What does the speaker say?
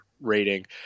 rating